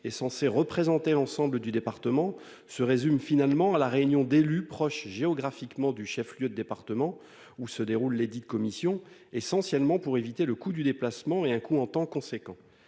est censé représenter l'ensemble du département se résume finalement à la réunion d'élus proches géographiquement du chef-lieu de département où se déroulent les dix de commission essentiellement pour éviter le coût du déplacement et un coup temps conséquent